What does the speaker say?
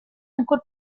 ancor